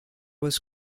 was